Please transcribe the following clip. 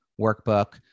workbook